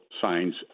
signs